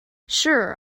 sure